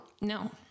No